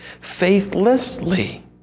faithlessly